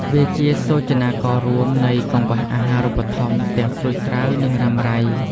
វាជាសូចនាកររួមនៃកង្វះអាហារូបត្ថម្ភទាំងស្រួចស្រាវ និងរ៉ាំរ៉ៃ។